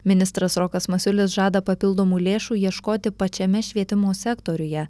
ministras rokas masiulis žada papildomų lėšų ieškoti pačiame švietimo sektoriuje